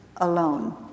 alone